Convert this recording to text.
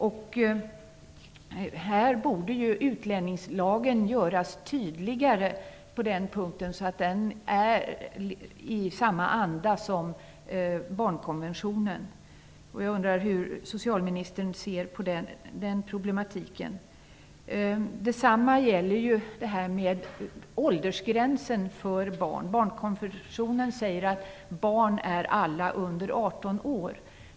På den punkten borde utlänningslagen göras tydligare så att den har samma anda som barnkonventionen. Jag undrar hur socialministern ser på den problematiken. Detsamma gäller detta med åldersgränsen för barn. Enligt barnkonventionen är alla barn som är under 18 år.